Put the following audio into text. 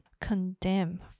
condemn